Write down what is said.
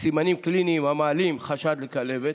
סימנים קליניים המעלים חשד לכלבת,